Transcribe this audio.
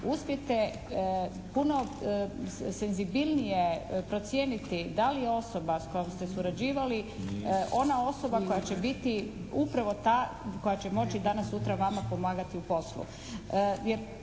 uspijete puno senzibilnije procijeniti da li osoba s kojom ste surađivali ona osoba koja će biti upravo ta koja će moći danas, sutra pomagati vama u poslu.